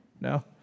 No